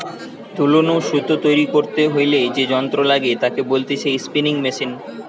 তুলো নু সুতো তৈরী করতে হইলে যে যন্ত্র লাগে তাকে বলতিছে স্পিনিং মেশিন